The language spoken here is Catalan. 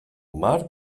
mar